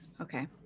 okay